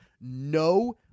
no